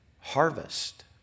harvest